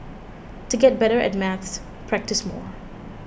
to get better at maths practise more